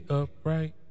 upright